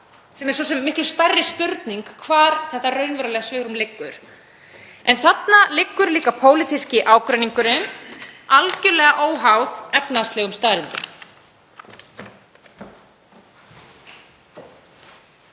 sem er svo sem miklu stærri spurning, þ.e. hvar þetta raunverulega svigrúm liggur. En þarna liggur líka pólitíski ágreiningurinn, algerlega óháð efnahagslegum staðreyndum.